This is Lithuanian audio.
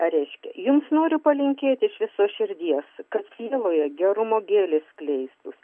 reiškia jums noriu palinkėti iš visos širdies kad sieloje gerumo gėlės skleistųs